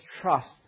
trust